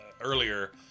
earlier